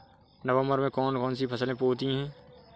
नवंबर में कौन कौन सी फसलें होती हैं?